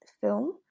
film